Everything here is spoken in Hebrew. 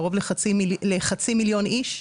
קרוב לחצי מיליון איש.